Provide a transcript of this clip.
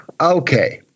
okay